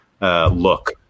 look